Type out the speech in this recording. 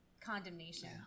condemnation